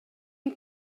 мен